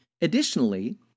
Additionally